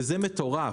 וזה מטורף,